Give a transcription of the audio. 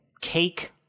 cake